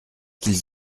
qu’ils